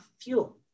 fuel